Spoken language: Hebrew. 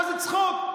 מה זה, צחוק?